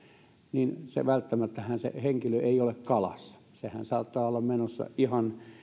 niin välttämättähän se henkilö ei ole kalassa sehän saattaa olla menossa ihan